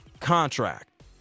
contract